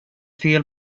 fel